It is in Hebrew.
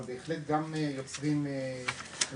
אבל בהחלט גם יוצרים חשיבות